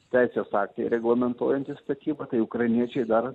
teisės aktai reglamentuojantys statybą tai ukrainiečiai dar